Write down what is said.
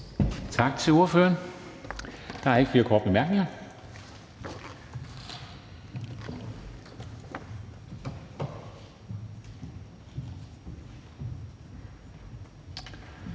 Tak til ordføreren. Der er ikke flere korte bemærkninger.